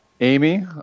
Amy